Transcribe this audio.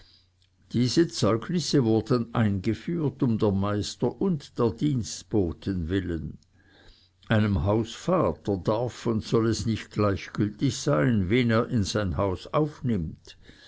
diese zeugnisse wurden eingeführt um der meister und der dienstboten willen einem hausvater darf und soll es nicht gleichgültig sein wen er in sein haus aufnimmt